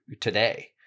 today